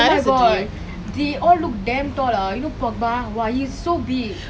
oh my god you know Man U came to singapore to play recently right I went with sherlynn [what]